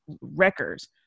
records